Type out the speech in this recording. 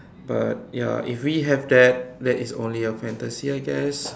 but ya if we have that that is only a fantasy I guess